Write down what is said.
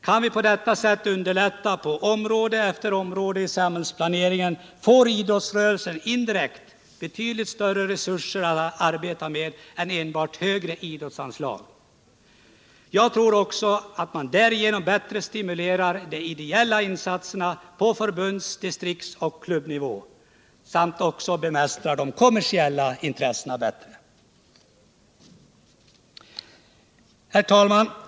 Kan vi på detta sätt underlätta för idrotten på område efter område i samhällsplaneringen, får idrottsrörelsen indirekt betydligt större resurser att arbeta med än den får genom enbart högre idrottsanslag. Jag tror också att man därigenom bättre stimulerar de ideella insatserna på förbunds-, distriktsoch klubbnivå samt även bemästrar de kommersiella intressena där. Herr talman!